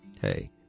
Hey